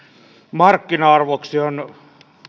markkina arvoksi on